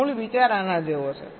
મૂળ વિચાર આના જેવો છે